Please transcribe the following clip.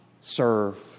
serve